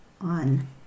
on